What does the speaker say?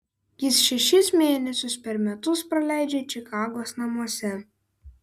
jis šešis mėnesius per metus praleidžia čikagos namuose